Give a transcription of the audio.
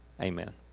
Amen